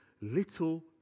little